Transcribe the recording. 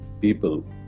people